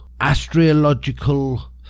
astrological